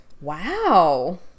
Wow